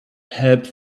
help